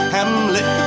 Hamlet